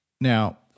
now